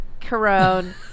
Corona